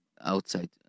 outside